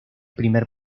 primer